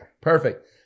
perfect